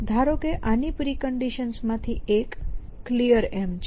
ધારો કે આની પ્રિકન્ડિશન્સ માં થી એક Clear છે